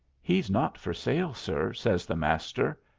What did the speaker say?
he's not for sale, sir, says the master,